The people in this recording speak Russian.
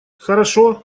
хорошо